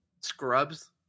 Scrubs